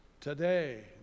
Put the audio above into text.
today